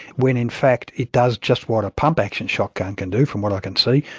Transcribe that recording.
when in fact it does just what a pump-action shotgun can do, from what i can see,